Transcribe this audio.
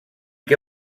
que